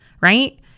right